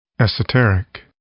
Esoteric